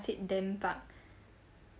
said them park